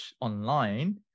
online